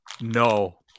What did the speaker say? No